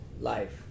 life